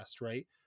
right